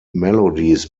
melodies